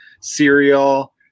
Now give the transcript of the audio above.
cereal